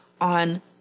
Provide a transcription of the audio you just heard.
on